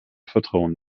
vertrauen